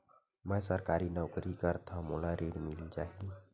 मै सरकारी नौकरी करथव मोला ऋण मिल जाही?